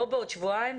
לא בעוד שבועיים,